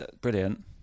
brilliant